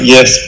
Yes